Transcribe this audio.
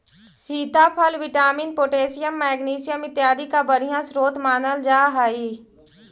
सीताफल vitamin, potassium, magnesium इत्यादि का बढ़िया स्रोत मानल जा हई